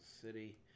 City